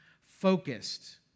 focused